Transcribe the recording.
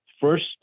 first